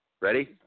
Ready